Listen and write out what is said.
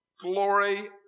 glory